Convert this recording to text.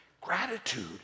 gratitude